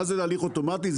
מה זה הליך אוטומטי?